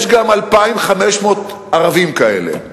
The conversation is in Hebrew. יש גם 2,500 ערבים כאלה,